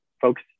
folks